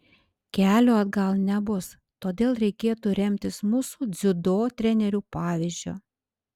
kelio atgal nebus todėl reikėtų remtis mūsų dziudo trenerių pavyzdžiu